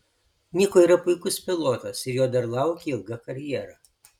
niko yra puikus pilotas ir jo dar laukia ilga karjera